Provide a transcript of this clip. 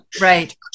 right